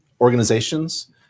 organizations